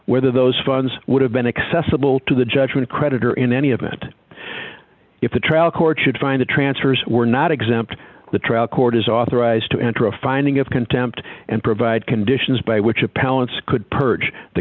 whether those funds would have been accessible to the judgment creditor in any event if the trial court should find it transfers were not exempt the trial court is authorized to enter a finding of contempt and provide conditions by which a palance could purge the